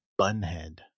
Bunhead